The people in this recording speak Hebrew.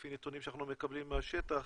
לפי נתונים שאנחנו מקבלים מהשטח,